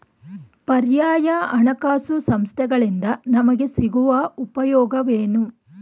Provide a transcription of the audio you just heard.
ಪರ್ಯಾಯ ಹಣಕಾಸು ಸಂಸ್ಥೆಗಳಿಂದ ನಮಗೆ ಸಿಗುವ ಉಪಯೋಗವೇನು?